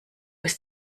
ist